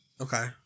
Okay